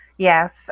Yes